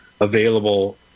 available